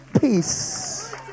peace